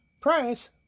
price